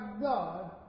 God